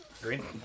Green